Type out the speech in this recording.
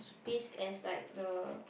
bisque as like the